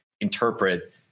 interpret